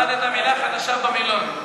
למדת מילה חדשה במילון.